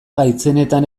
gaitzenetan